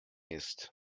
ist